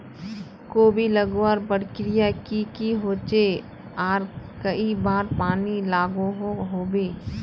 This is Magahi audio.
कोबी लगवार प्रक्रिया की की होचे आर कई बार पानी लागोहो होबे?